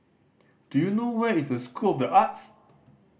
do you know where is the School of The Arts